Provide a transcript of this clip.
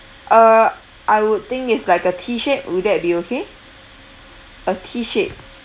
uh I would think it's like a T shaped will that be okay a T shaped